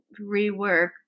rework